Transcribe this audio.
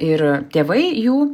ir tėvai jų